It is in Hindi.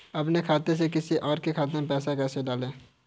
अपने खाते से किसी और के खाते में पैसे कैसे डालें?